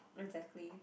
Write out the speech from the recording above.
exactly